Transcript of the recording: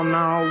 now